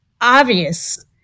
obvious